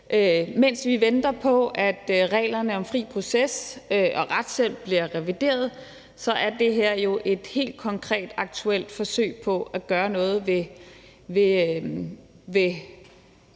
Mens vi venter på, at reglerne om fri proces og retshjælp bliver revideret, er det her jo et helt konkret, aktuelt forsøg på at gøre noget ved